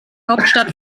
hauptstadt